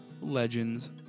legends